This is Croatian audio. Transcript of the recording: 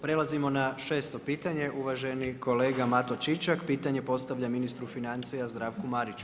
Prelazimo na 6. pitanje, uvaženi kolega Mato Čičak, pitanje postavlja ministru financija, Zdravku Mariću.